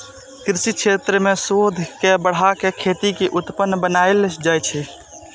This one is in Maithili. कृषि क्षेत्र मे शोध के बढ़ा कें खेती कें उन्नत बनाएल जाइ छै